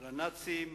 על הנאצים,